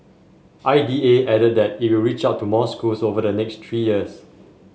I D A added that it will reach out to more schools over the next three years